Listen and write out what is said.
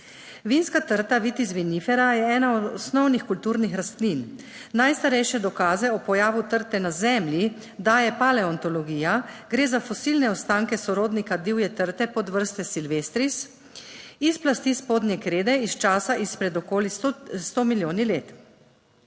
Vinska trta (Vitis vinifera) je ena od osnovnih kulturnih rastlin. Najstarejše dokaze o pojavu trte na Zemlji daje paleontologija: gre za fosilne ostanke sorodnika divje trte podvrste silvestris iz plasti spodnje krede iz časa izpred okoli sto milijoni let.